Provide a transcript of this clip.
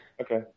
Okay